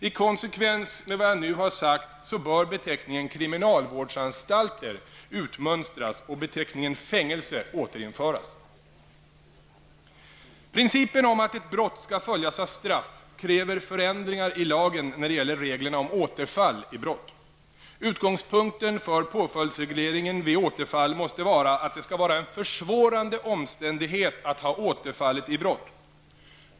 I konsekvens med vad jag nu sagt bör beteckningen Principen om att ett brott skall följas av straff kräver förändringar i lagen när det gäller reglerna om återfall i brott. Utgångspunkten för påföljdsregleringen vid återfall måste vara att det skall vara en försvårande omständighet att ha återfallit i brott.